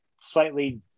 slightly